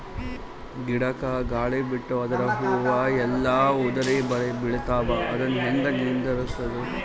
ಗಿಡಕ, ಗಾಳಿ ಬಿಟ್ಟು ಅದರ ಹೂವ ಎಲ್ಲಾ ಉದುರಿಬೀಳತಾವ, ಅದನ್ ಹೆಂಗ ನಿಂದರಸದು?